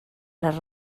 les